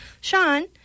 Sean